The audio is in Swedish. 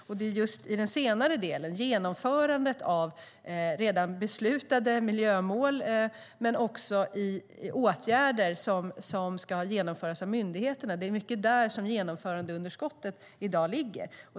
Det är just i den senare delen, alltså i genomförandet av redan beslutade miljömål och även i åtgärder som ska genomföras av myndigheterna, som genomförandeunderskottet i dag ligger.